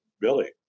Billy